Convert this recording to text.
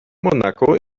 monaco